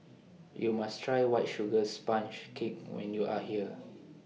YOU must Try White Sugar Sponge Cake when YOU Are here